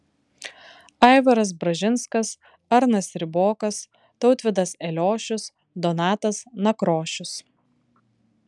aivaras bražinskas arnas ribokas tautvydas eliošius donatas nakrošius